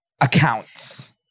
accounts